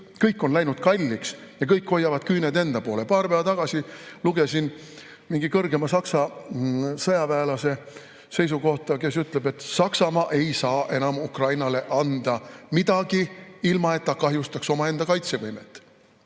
kõik on läinud kalliks ja kõik hoiavad küüned enda poole. Paar päeva tagasi lugesin mingi kõrgema Saksa sõjaväelase seisukohta, kes ütleb, et Saksamaa ei saa enam Ukrainale anda midagi, ilma et ta kahjustaks omaenda kaitsevõimet.